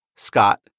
Scott